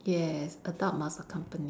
yes adult must accompany